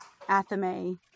athame